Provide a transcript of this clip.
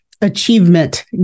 achievement